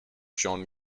john